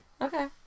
Okay